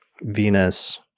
Venus